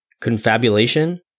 confabulation